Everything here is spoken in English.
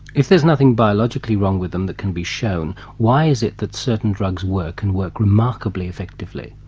if there's nothing biologically wrong with them that can be shown why is it that certain drugs work and work remarkably effectively?